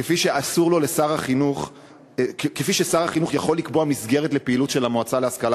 כפי ששר החינוך יכול לקבוע מסגרת לפעילות של המועצה להשכלה